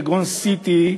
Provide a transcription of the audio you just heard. כגון CT,